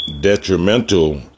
detrimental